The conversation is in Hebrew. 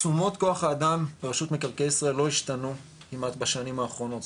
תשומות כוח האדם ברשות מקרקעי ישראל לא השתנו כמעט בשנים האחרונות,